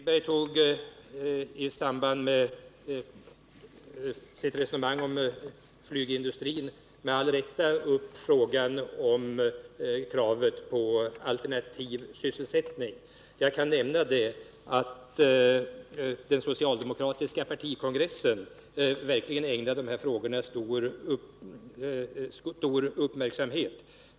Herr talman! Herr Strindberg tog i samband med sitt resonemang om flygindustrin med all rätt upp frågan om kravet på alternativ sysselsättning. Jag kan nämna att den socialdemokratiska partikongressen verkligen ägnade dessa frågor stor uppmärksamhet.